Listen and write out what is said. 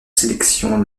sélection